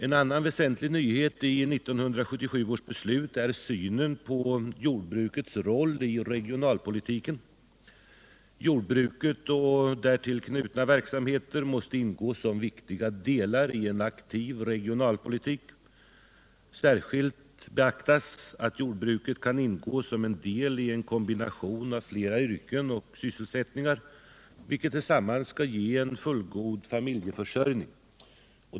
En annan väsentlig nyhet i 1977 års beslut är synen på jordbrukets roll i regionalpolitiken. Jordbruket och därtill knutna verksamheter måste ingå som viktiga delar i en aktiv regionalpolitik. Särskilt bör beaktas att jordbruk kan ingå som en del i en kombination av flera yrken och sysselsättningar, vilka tillsammans ger en fullgod familjeförsörjning.